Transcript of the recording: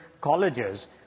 colleges